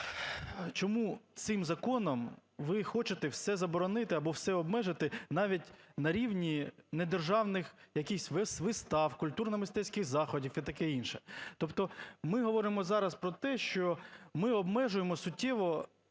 чому цим законом ви хочете все заборонити або все обмежити навіть на рівні недержавних якихось вистав, культурно-мистецьких заходів і таке інше? Тобто ми говоримо зараз про те, що ми обмежуємо суттєво